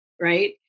right